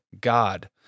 God